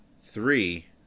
three